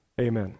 Amen